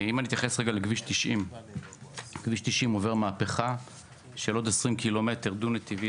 אני אתייחס לכביש 90. כביש 90 עובר מהפכה של עוד 20 ק"מ דו-נתיבי,